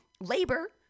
labor